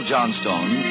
Johnstone